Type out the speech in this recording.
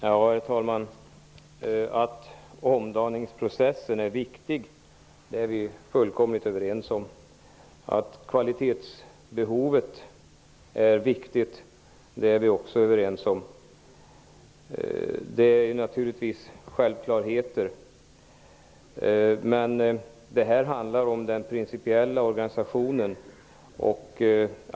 Herr talman! Att omdaningsprocessen är viktig är vi fullkomligt överens om. Att kvaliteten är viktig är vi också överens om. Det är naturligtvis självklarheter. Det här handlar om den principiella organisationen.